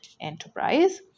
enterprise